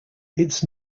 its